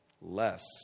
less